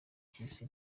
cy’isi